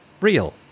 real